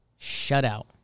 Shutout